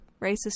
racist